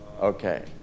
Okay